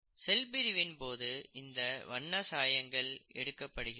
செல் பிரிவின் போது இந்த வண்ண சாயங்கள் எடுக்கப்படுகிறது